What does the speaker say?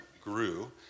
grew